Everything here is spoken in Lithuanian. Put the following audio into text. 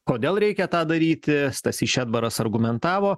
kodėl reikia tą daryti stasys šedbaras argumentavo